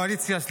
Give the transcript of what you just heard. יו"ר הקואליציה.